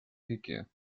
figure